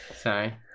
Sorry